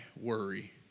worry